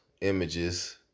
images